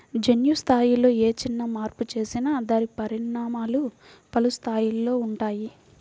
జన్యు స్థాయిలో ఏ చిన్న మార్పు చేసినా దాని పరిణామాలు పలు స్థాయిలలో ఉంటాయి